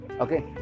okay